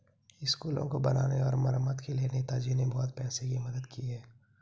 स्कूलों को बनाने और मरम्मत के लिए नेताजी ने बहुत पैसों की मदद की है